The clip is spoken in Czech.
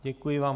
Děkuji vám.